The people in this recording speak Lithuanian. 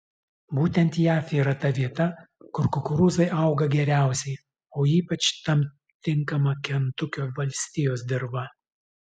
būtent jav yra ta vieta kur kukurūzai auga geriausiai o ypač tam tinkama kentukio valstijos dirva